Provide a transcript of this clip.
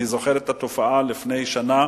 אני זוכר את התופעה לפני שנה,